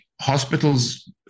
Hospitals